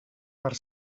per